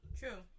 true